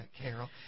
Carol